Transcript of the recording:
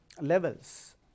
levels